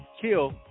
kill